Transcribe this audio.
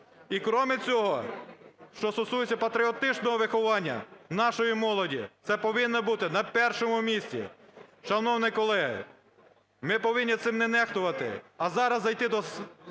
І кроме цього, що стосується патріотичного виховання нашої молоді – це повинно бути на першому місці. Шановні колеги, ми повинні цим не нехтувати, а зараз зайти до сесійної